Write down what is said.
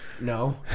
No